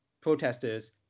protesters